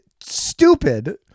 stupid